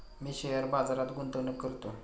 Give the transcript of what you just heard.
मी share बाजारात गुंतवणूक करतो